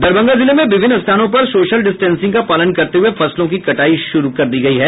दरभंगा जिले में विभिन्न स्थानों पर सोशल डिस्टेंसिंग का पालन करते हुये फसलों की कटाई शुरू हो गयी है